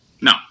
No